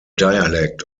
dialect